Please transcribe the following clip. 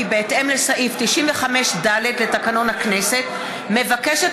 כי בהתאם לסעיף 95(ד) לתקנון הכנסת מבקשת